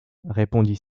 répondit